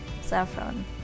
saffron